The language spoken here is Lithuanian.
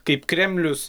kaip kremlius